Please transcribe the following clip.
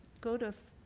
go to